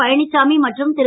பழனிச்சாமி மற்றும் திரு